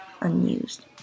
unused